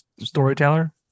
storyteller